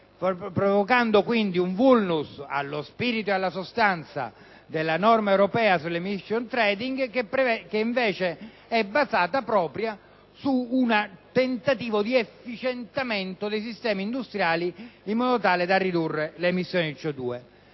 provocando quindi un *vulnus* nello spirito e nella sostanza della norma europea sull'*emission trading*, che invece è basata proprio su un tentativo di rendere più efficienti i sistemi industriali in modo da ridurre l'emissione di CO2.